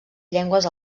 llengües